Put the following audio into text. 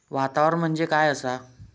वातावरण म्हणजे काय असा?